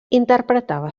interpretava